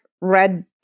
red